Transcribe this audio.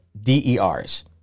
DERs